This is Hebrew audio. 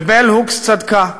ובל הוקס צדקה.